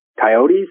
Coyotes